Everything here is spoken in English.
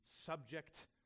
subject